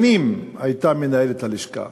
שנים הייתה מנהלת הלשכה,